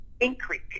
increase